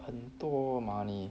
很多 money